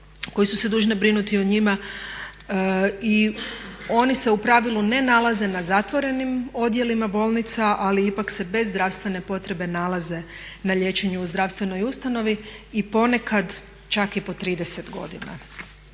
po zakonu dužne brinuti o njima. Oni se u pravilu ne nalaze na zatvorenim odjelima bolnica ali ipak se bez zdravstvene potrebe nalaze na liječenju u zdravstvenoj ustanovi i ponekad čak i po 30 godina.